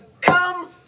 come